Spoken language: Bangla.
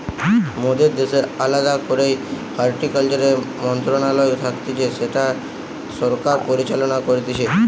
মোদের দ্যাশের আলদা করেই হর্টিকালচারের মন্ত্রণালয় থাকতিছে যেটা সরকার পরিচালনা করতিছে